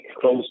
close